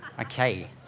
Okay